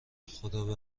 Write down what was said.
خدابه